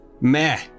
Meh